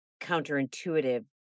counterintuitive